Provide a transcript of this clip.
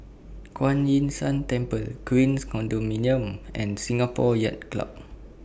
Kuan Yin San Temple Queens Condominium and Singapore Yacht Club